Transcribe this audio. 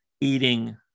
eating